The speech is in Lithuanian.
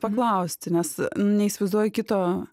paklausti nes neįsivaizduoju kito